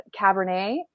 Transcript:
Cabernet